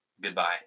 Goodbye